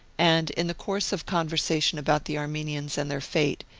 and, in the course of conversation about the armenians and their fate,